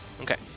okay